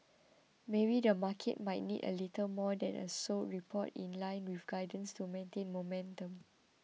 maybe the market might need a little more than a solid report in line with guidance to maintain momentum